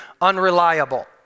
unreliable